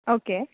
okay